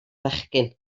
fechgyn